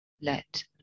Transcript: Let